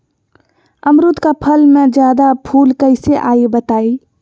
अमरुद क फल म जादा फूल कईसे आई बताई?